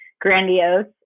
grandiose